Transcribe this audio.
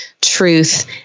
truth